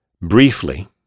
briefly